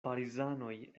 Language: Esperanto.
parizanoj